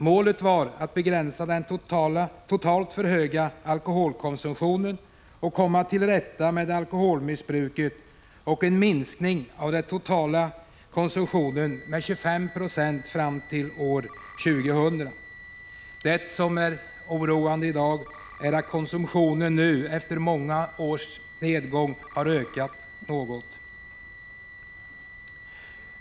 Målet var att begränsa den totalt för höga alkoholkonsumtionen och komma till rätta med alkoholmissbruket samt att minska den totala konsumtionen med 25 96 fram till år 2000. Det som är oroande i dag är att konsumtionen nu efter många års nedgång något ökat.